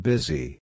Busy